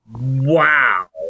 Wow